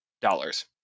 dollars